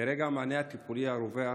כרגע המענה הטיפולי הרווח